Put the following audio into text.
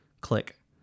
Click